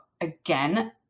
again